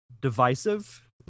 divisive